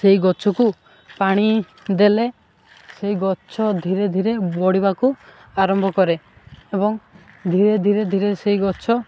ସେଇ ଗଛକୁ ପାଣି ଦେଲେ ସେଇ ଗଛ ଧୀରେ ଧୀରେ ବଢ଼ିବାକୁ ଆରମ୍ଭ କରେ ଏବଂ ଧୀରେ ଧୀରେ ଧୀରେ ସେଇ ଗଛ